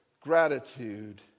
gratitude